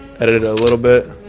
edit it a little bit,